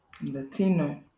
Latino